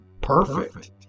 Perfect